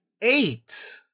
eight